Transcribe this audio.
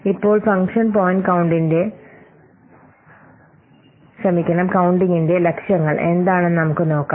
ഇപ്പോൾ function point കൌണ്ടിങ്ങിന്റെ ലക്ഷ്യങ്ങൾ എന്താണെന്ന് നമുക്ക് നോക്കാം